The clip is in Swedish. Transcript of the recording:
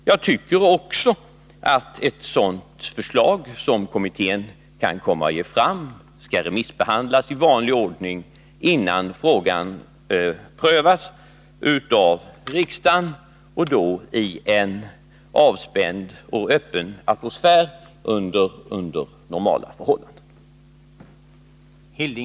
Jag tycker också att ett sådant förslag som kommittén kan komma att lägga fram skall remissbehandlas i vanlig ordning innan frågan prövas av riksdagen, och då i en avspänd och öppen atmosfär under normala förhållanden.